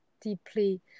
deeply